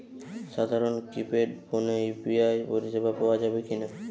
সাধারণ কিপেড ফোনে ইউ.পি.আই পরিসেবা পাওয়া যাবে কিনা?